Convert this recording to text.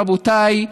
רבותיי,